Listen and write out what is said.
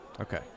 Okay